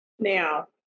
Now